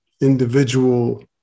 individual